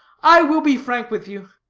i will be frank with you.